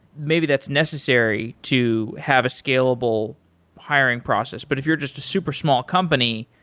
maybe that's necessary to have a scalable hiring process. but if you're just a super small company,